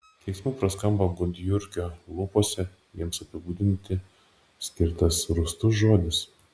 keiksmu praskamba gudjurgio lūpose jiems apibūdinti skirtas rūstus žodis